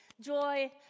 joy